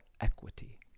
equity